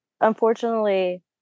Unfortunately